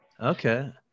okay